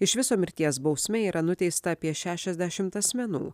iš viso mirties bausme yra nuteista apie šešiasdešimt asmenų